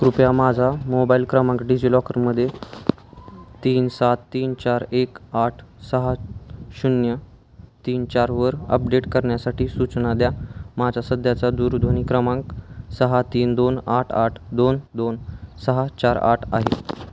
कृपया माझा मोबाईल क्रमांक डिजिलॉकरमध्ये तीन सात तीन चार एक आठ सहा शून्य तीन चारवर अपडेट करण्यासाठी सूचना द्या माझ्या सध्याचा दूरध्वनी क्रमांक सहा तीन दोन आठ आठ दोन दोन सहा चार आठ आहे